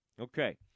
Okay